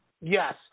Yes